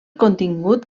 contingut